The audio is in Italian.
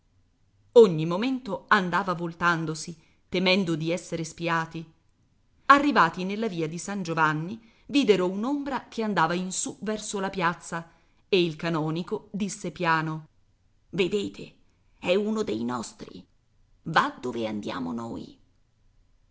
ogni momento andava voltandosi temendo di essere spiati arrivati nella via di san giovanni videro un'ombra che andava in su verso la piazza e il canonico disse piano vedete è uno dei nostri va dove andiamo noi